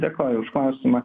dėkoju už klausimą